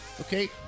Okay